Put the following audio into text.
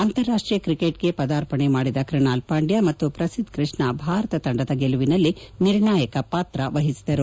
ಅಂತಾರಾಷ್ಸೀಯ cricket ಗೆ ಪದಾರ್ಪಣೆ ಮಾಡಿದ ಕೃಣಾಲ್ ಪಾಂಡ್ನ ಮತ್ತು ಪ್ರಸಿದ್ದ್ ಕೃಷ್ಣ ಭಾರತ ತಂಡದ ಗೆಲುವಿನಲ್ಲಿ ನಿರ್ಣಾಯಕ ಪಾತ್ರವಹಿಸಿದರು